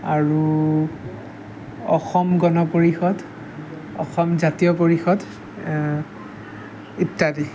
আৰু অসম গণ পৰিষদ অসম জাতীয় পৰিষদ ইত্যাদি